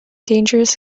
dangerous